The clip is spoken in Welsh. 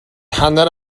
hanner